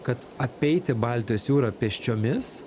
kad apeiti baltijos jūrą pėsčiomis